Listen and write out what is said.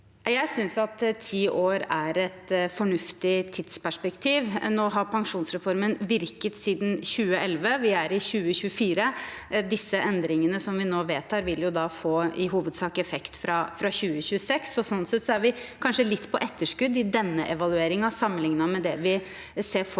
Jeg synes at ti år er et fornuftig tidsperspektiv. Nå har pensjonsreformen virket siden 2011. Vi er i 2024. Disse endringene vi nå vedtar, vil i hovedsak få effekt fra 2026. Sånn sett er vi kanskje litt på etterskudd i denne evalueringen sammenlignet med det vi ser for oss